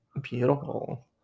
Beautiful